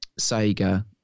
Sega